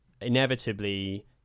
inevitably